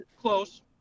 Close